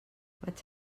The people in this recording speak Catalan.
vaig